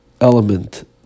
element